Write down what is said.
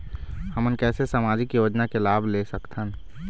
हमन कैसे सामाजिक योजना के लाभ ले सकथन?